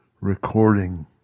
recording